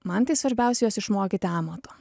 man tai svarbiausia juos išmokyti amato